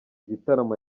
igitaramo